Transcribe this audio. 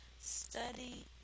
study